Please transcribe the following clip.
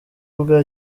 bwa